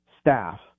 staff